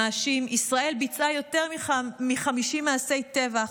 המאשים: ישראל ביצעה יותר מ-50 מעשי טבח,